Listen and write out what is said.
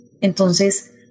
Entonces